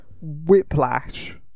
Whiplash